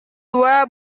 dua